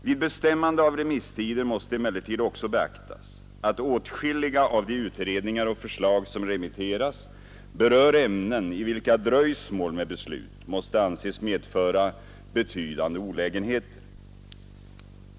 Vid bestämmande av remisstider måste emellertid också beaktas att åtskilliga av de utredningar och förslag som remitteras berör ämnen i vilka dröjsmål med beslut måste anses medföra betydande olägenheter.